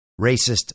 racist